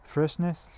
Freshness